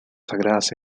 sagradas